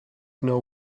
know